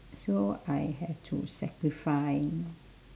so I had to sacrifice